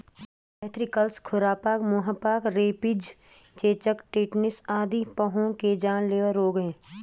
anthrax, खुरपका, मुहपका, rabies, चेचक, टेटनस आदि पहुओं के जानलेवा रोग हैं